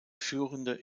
führende